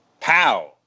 Pow